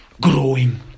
growing